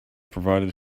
provided